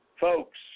Folks